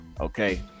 okay